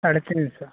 साढ़े तीन सौ